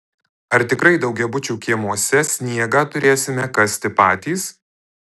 ar tikrai daugiabučių kiemuose sniegą turėsime kasti patys